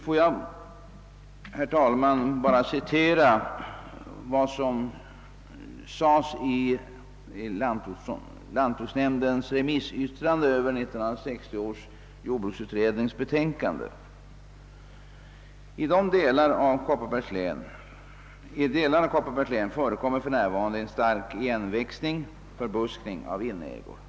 Jag vill, herr talman, citera något av det som anfördes i lantbruksnämndens i mitt hemlän remissyttrande över 1960 års jordbruksutrednings betänkande, där det heter på följande sätt: »I delar av Kopparbergs län förekommer för närvarande en stark igenväxning av inägor.